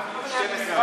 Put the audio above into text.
נחמן שי,